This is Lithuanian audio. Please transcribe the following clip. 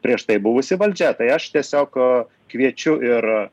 prieš tai buvusi valdžia tai aš tiesiog kviečiu ir